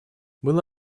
было